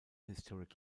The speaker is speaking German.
historic